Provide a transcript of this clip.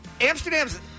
Amsterdam's